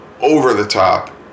over-the-top